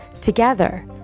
together